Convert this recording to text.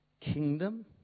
kingdom